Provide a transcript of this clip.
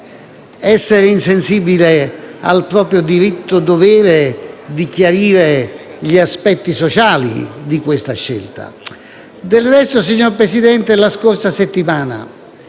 essere insensibile al proprio diritto-dovere di chiarire gli aspetti sociali di questa scelta. Del resto, signor Presidente, su che cosa si era